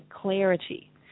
clarity